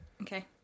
Okay